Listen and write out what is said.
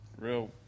real